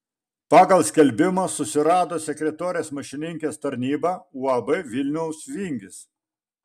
pagal skelbimą susirado sekretorės mašininkės tarnybą uab vilniaus vingis